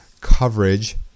coverage